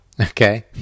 Okay